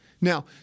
Now